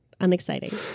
unexciting